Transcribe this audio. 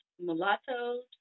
mulattoes